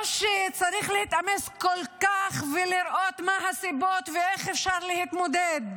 לא שצריך להתאמץ כל כך ולראות מה הסיבות ואיך אפשר להתמודד.